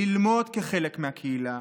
ללמוד כחלק מהקהילה.